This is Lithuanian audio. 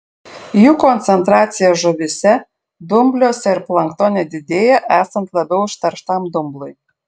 jų koncentracija žuvyse dumbliuose ir planktone didėja esant labiau užterštam dumblui